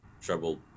trouble